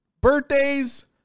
birthdays